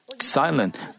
silent